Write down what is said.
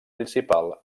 principal